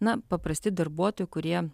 ne paprasti darbuotojai kurie